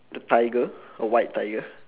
the tiger a white tiger